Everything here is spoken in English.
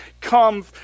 come